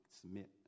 submit